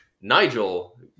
nigel